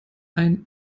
ein